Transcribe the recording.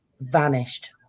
vanished